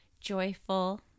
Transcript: joyful